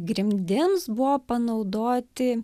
jei grimdims buvo panaudoti